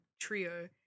trio